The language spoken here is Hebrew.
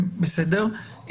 בסדר.